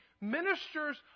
ministers